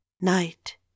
night